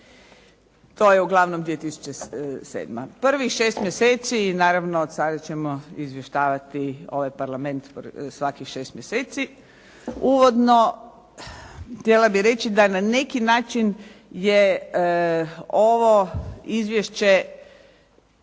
To je uglavnom 2007. Prvih 6 mjeseci, naravno od sada ćemo izvještavati ovaj Parlament svakih 6 mjeseci. Uvodno, htjela bih reći da na neki način je ovo izvješće